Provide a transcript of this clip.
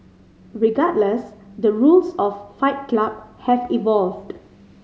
regardless the rules of Fight Club have evolved